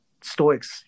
Stoics